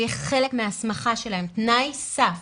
זה יהיה חלק מההסמכה שלהם, תנאי סף